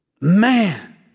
Man